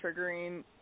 triggering